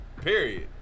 Period